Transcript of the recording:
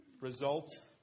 Results